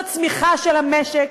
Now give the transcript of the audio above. בצמיחה של המשק,